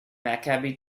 maccabi